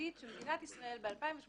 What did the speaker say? זוועתית שמדינת ישראל ב-2018